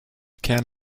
can